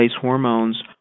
hormones